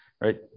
right